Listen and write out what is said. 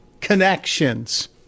connections